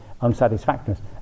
unsatisfactoriness